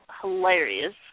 hilarious